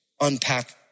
unpack